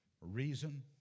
reason